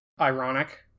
ironic